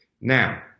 Now